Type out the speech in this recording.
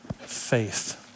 faith